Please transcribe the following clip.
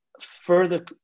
further